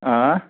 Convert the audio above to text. آ